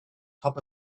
top